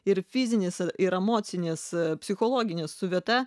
ir fizinis ir emocinis psichologinis su vieta